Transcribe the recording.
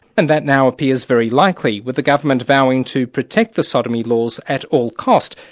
and that now appears very likely, with the government vowing to protect the sodomy laws at all costs,